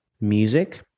music